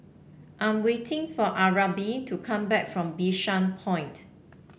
I am waiting for Arnav to come back from Bishan Point